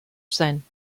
sein